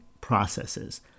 processes